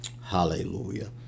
Hallelujah